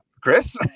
Chris